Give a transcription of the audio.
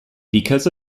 because